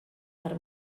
para